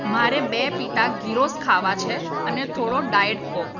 મારે બે pita gyros ખાવાં છે અને થોડો ડાયટ કોક